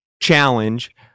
challenge